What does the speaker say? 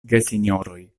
gesinjoroj